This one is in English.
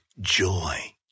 joy